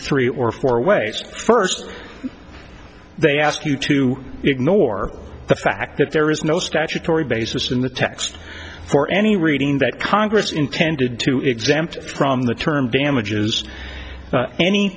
three or four ways first they ask you to ignore the fact that there is no statutory basis in the text or any reading that congress intended to exempt from the term damages any